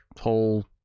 whole